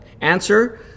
Answer